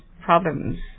problems